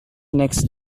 next